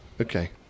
Okay